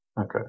Okay